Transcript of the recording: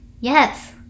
yes